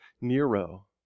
Nero